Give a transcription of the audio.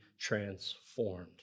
transformed